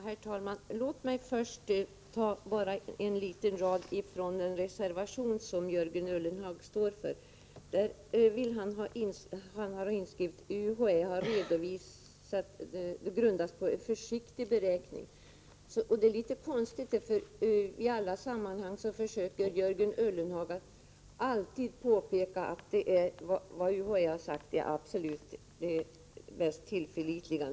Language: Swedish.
Herr talman! Låt mig först citera en mening från en reservation som Jörgen Ullenhag står för: ”Utskottet noterar att det medelsbehov avseende ekonomlinjens fördjupningsdel som UHÄ redovisat grundas på en försiktig beräkning.” Detta är litet konstigt, för i alla sammanhang brukar Jörgen Ullenhag påpeka att vad UHÄ har sagt absolut är det mest tillförlitliga.